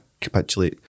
capitulate